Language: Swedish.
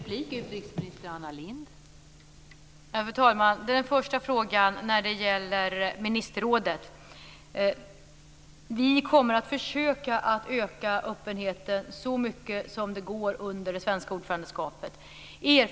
Fru talman! När det gäller den första frågan om ministerrådet så kommer vi att försöka öka öppenheten så mycket det går under det svenska ordförandeskapet.